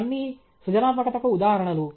ఇవన్నీ సృజనాత్మకతకు ఉదాహరణలు